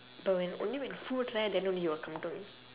but when only when food right then only he will come to me